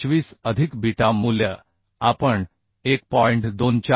25 अधिक बीटा मूल्य आपण 1